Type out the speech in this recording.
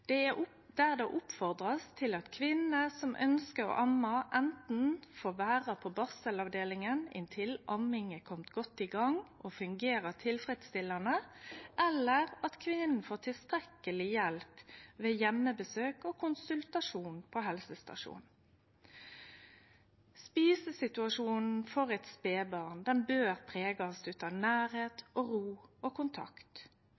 til at kvinnene som ønskjer å amme, anten får vere på barselavdelinga inntil amminga har komme godt i gang og fungerer tilfredsstillande, eller at kvinna får tilstrekkeleg hjelp ved heimebesøk og konsultasjon på helsestasjon. Spisesituasjonen til eit spedbarn bør vere prega av